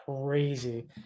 crazy